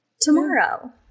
tomorrow